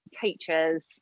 teachers